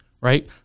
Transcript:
right